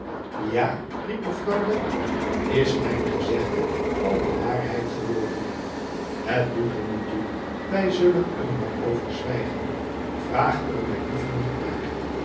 a riep mevrouw lammie is mijn gezegde al bewaarheid geworden het doet er niet toe wij zullen er maar over zwijgeu vraag er mij liever niet naar